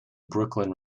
brooklyn